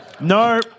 No